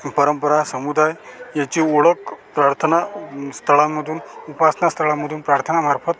परंपरा समुदाय याची ओळख प्रार्थना स्थळांमधून उपासना स्थळांमधून प्रार्थनामार्फत